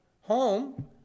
home